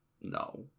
no